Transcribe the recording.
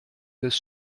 this